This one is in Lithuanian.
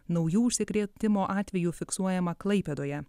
naujų užsikrėtimo atvejų fiksuojama klaipėdoje